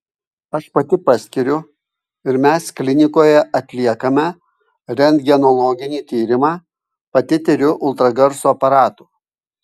aš pati paskiriu ir mes klinikoje atliekame rentgenologinį tyrimą pati tiriu ultragarso aparatu